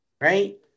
Right